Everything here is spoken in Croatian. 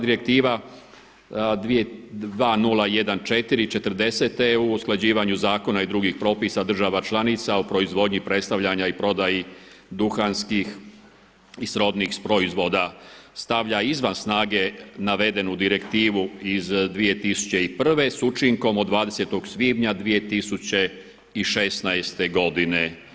Direktiva 2014./40 EU o usklađivanju zakona i drugih propisa država članica o proizvodnji predstavljanja i prodaji duhanskih i srodnih proizvoda stavlja izvan snage navedenu direktivu iz 2001. s učinkom od 20. svibnja 2016. godine.